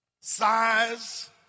size